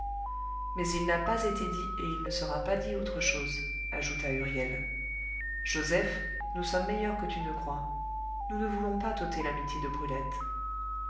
mais il n'a pas été dit et il ne sera pas dit autre chose ajouta huriel joseph nous sommes meilleurs que tu ne crois nous ne voulons pas t'ôter l'amitié de brulette